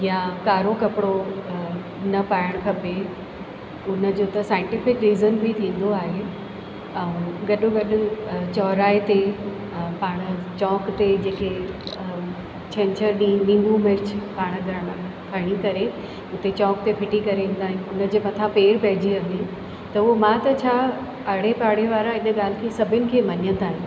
या कारो कपिड़ो न पाइणु खपे उन जो त साइंटिफ़िक रीज़न बि थींदो आहे ऐं गॾु गॾु चौराहे ते पाण चौंक ते जेके छंछरु ॾींहुं नींबू मिर्च पाण ॼणा खणी करे उते चौंक ते फिटी करे ईंदा आहियूं उन जे मथां पेरु पइजी वञे त उहो मां त छा आड़े पाड़े वारा इन ॻाल्हि खे सभिनि खे मञींदा आहिनि